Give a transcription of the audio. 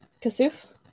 kasuf